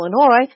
Illinois